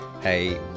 hey